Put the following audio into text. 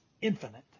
infinite